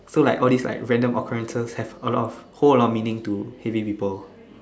so like all these like random occurrences have a lot of hold a lot of meaning to heavy people